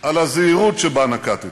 על הזהירות שנקטתי.